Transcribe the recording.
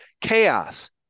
chaos